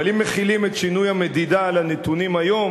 אבל אם מחילים את שינוי המדידה על הנתונים היום,